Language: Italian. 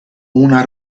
una